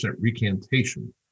recantation